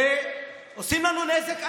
ועושים לנו נזק אדיר.